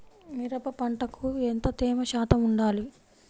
మిరప పంటకు ఎంత తేమ శాతం వుండాలి?